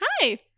hi